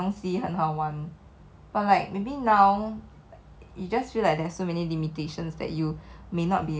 writer 那种 creative 的东西 lor 以前我很喜欢写的 like 我觉得写故事写东西很好玩